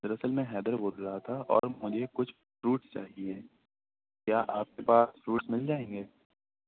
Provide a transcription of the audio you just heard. دراصل میں حیدر بول رہا تھا اور مجھے کچھ فروٹس چاہئیں کیا آپ کے پاس فروٹس مل جائیں گے